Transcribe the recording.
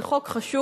זה חוק חשוב,